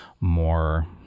more